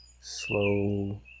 slow